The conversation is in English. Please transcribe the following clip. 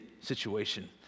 situation